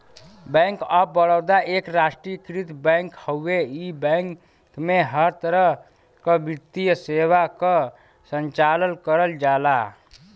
bank of Baroda एक राष्ट्रीयकृत bank हउवे इ बैंक में हर तरह क वित्तीय सेवा क संचालन करल जाला